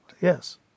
Yes